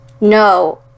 No